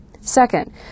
Second